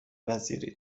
وزیری